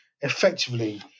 effectively